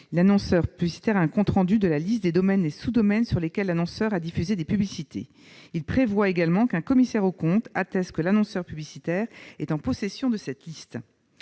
l'annonceur publicitaire un compte rendu de la liste des domaines et sous-domaines sur lesquels l'annonceur a diffusé des publicités. En outre, un commissaire aux comptes doit attester que l'annonceur publicitaire est en possession de cette liste.